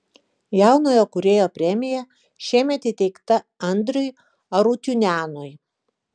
jaunojo kūrėjo premija šiemet įteikta andriui arutiunianui